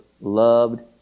loved